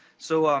so,